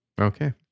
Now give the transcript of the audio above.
Okay